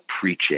preaching